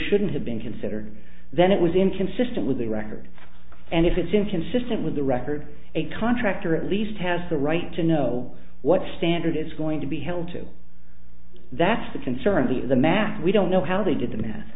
shouldn't have been considered then it was inconsistent with the record and if it's inconsistent with the record a contractor at least has the right to know what standard is going to be held to that's the concern the the math we don't know how they did the math